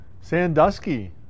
sandusky